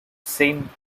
saint